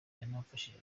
yaramfashije